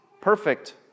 Perfect